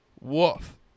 woof